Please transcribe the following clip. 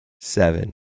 seven